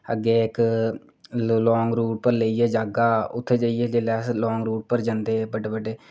अग्गै इक्क long route पर लेइयै जाह्गा उत्थै जाइयै अस जेल्लै लांग रूट पर जंदे बड्डे बड्डे